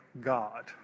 God